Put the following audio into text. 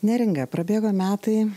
neringa prabėgo metai